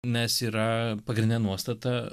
nes yra pagrindinė nuostata